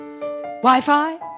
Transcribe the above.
Wi-Fi